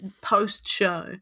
post-show